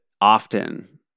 often